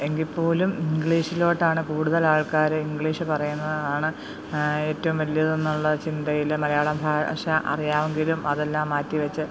എങ്കിൽപ്പോലും ഇംഗ്ലിഷിലോട്ടാണ് കൂടുതലാൽ ആൾക്കാർ ഇംഗ്ലീഷ് പറയുന്നതാണ് ഏറ്റവും വലിയതെന്നുള്ള ചിന്തയിൽ മലയാളം ഭാഷ അറിയാമെങ്കിലും അതെല്ലാം മാറ്റിവെച്ച്